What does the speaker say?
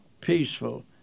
peaceful